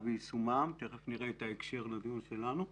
ויישומם ותכף נראה את ההקשר לדיון שלנו.